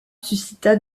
suscita